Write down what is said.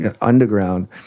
underground